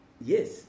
yes